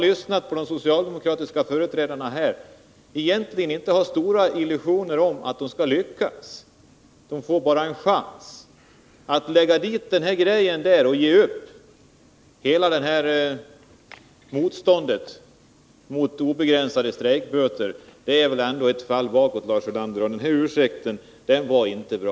Enligt de socialdemokratiska företrädare jag har lyssnat på i dag har man egentligen inte heller några illusioner om att man skall lyckas den vägen — man har bara en chans. Att komma med den här deklarationen och ge upp hela motståndet mot obegränsade strejkböter är väl ändå ett fall bakåt, Lars Ulander. Den här ursäkten var inte bra.